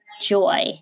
joy